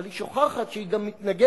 אבל היא שוכחת שהיא גם מתנגדת